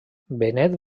benet